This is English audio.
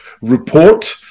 report